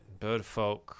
Birdfolk